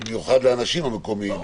במיוחד לאנשים המקומיים,